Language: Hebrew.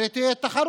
הרי תהיה תחרות.